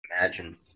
Imagine